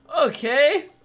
Okay